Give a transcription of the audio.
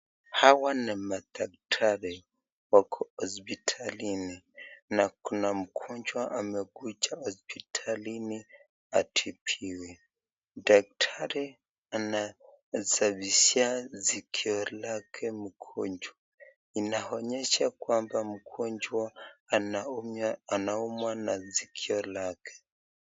Hawa ni madaktari wako hospitalini na kuna mgonjwa amekuja hospitalini atibiwe. Daktari anasafishia sikio lake mgonjwa. Inaonyesha kwamba mgonjwa anaumia, anaumwa na sikio lake.